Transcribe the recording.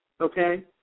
okay